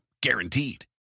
guaranteed